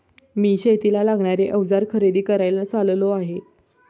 मी शेतीला लागणारे अवजार खरेदी करायला चाललो आहे